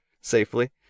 Safely